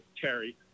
Terry